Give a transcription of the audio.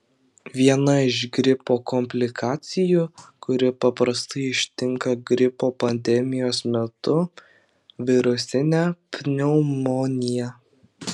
viena iš gripo komplikacijų kuri paprastai ištinka gripo pandemijos metu virusinė pneumonija